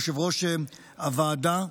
יו"ר הוועדה,